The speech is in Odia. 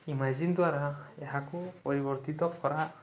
ଇମାଜିନ୍ ଦ୍ୱାରା ଏହାକୁ ପରିବର୍ତ୍ତିତ କରା